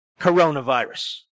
coronavirus